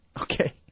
Okay